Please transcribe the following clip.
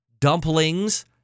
dumplings